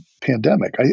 pandemic